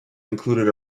included